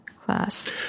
class